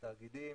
התאגידים,